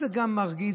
זה גם מרגיז,